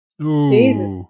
Jesus